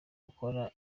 ukora